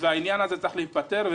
והעניין הזה צריך להיפתר,